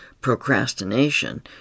procrastination